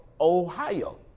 Ohio